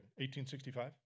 1865